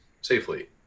safely